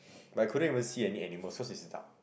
but I couldn't even see any animals cause is dark